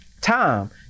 time